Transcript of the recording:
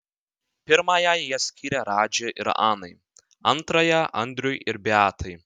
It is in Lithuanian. pirmąją jie skyrė radži ir anai antrąją andriui ir beatai